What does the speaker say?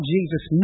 Jesus